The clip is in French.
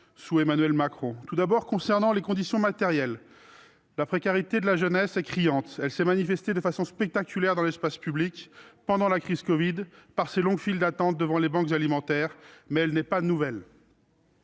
sous Emmanuel Macron ? Tout d'abord, concernant les conditions matérielles, la précarité de la jeunesse est criante. Elle s'est manifestée de façon spectaculaire dans l'espace public pendant la crise du covid-19 par ces longues files d'attente devant les banques alimentaires, mais elle n'est pas nouvelle.